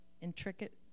intricate